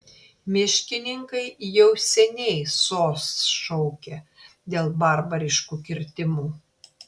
miškininkai jau seniai sos šaukia dėl barbariškų kirtimų